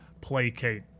placate